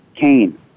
Cain